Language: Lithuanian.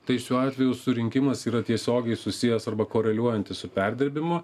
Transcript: tai šiuo atveju surinkimas yra tiesiogiai susijęs arba koreliuojantis su perdirbimu